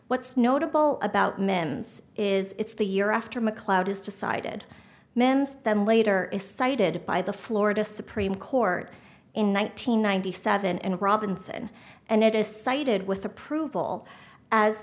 what's notable about mims is it's the year after macleod is decided mens then later is cited by the florida supreme court in one nine hundred ninety seven and robinson and it is cited with approval as